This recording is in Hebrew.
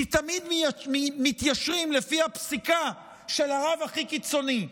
כי תמיד מתיישרים לפי הפסיקה של הרב הכי קיצוני?